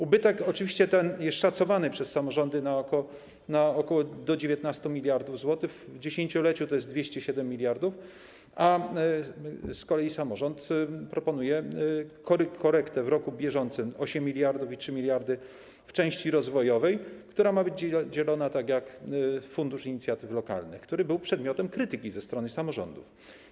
Ubytek ten jest szacowany przez samorządy na ok. 19 mld zł, w dziesięcioleciu to jest 207 mld zł, a z kolei samorząd proponuje korektę w roku bieżącym 8 mld zł i 3 mld zł w części rozwojowej, która ma być dzielona tak jak fundusz inicjatyw lokalnych, który był przedmiotem krytyki ze strony samorządów.